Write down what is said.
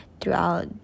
throughout